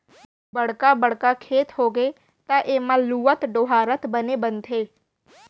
बड़का बड़का खेत होगे त एमा लुवत, डोहारत बने बनथे